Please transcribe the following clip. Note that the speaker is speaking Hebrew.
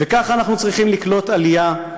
וכך אנחנו צריכים לקלוט עלייה,